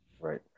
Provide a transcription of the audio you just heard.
Right